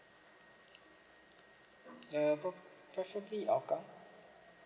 uh pro preferably hougang